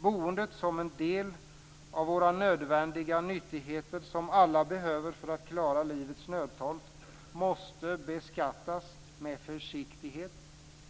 Boendet, som är en del av våra nödvändiga nyttigheter som alla behöver för att klara livets nödtorft, måste beskattas med försiktighet.